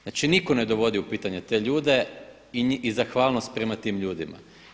Znači niko ne dovodi u pitanje te ljude i zahvalnost prema tim ljudima.